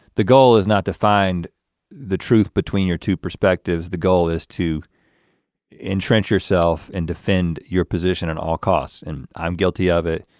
the goal is not to find the truth between your two perspectives, the goal is to entrench yourself and defend your position at and all costs, and i'm guilty of it.